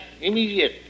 immediate